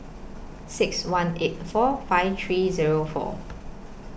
six one eight four five three Zero four